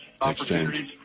opportunities